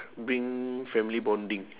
bring family bonding